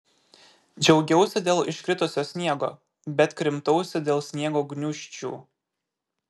džiaugiausi dėl iškritusio sniego bet krimtausi dėl sniego gniūžčių